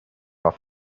off